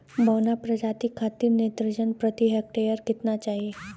बौना प्रजाति खातिर नेत्रजन प्रति हेक्टेयर केतना चाही?